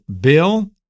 bill